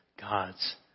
God's